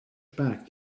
back